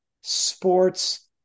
sports